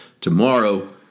tomorrow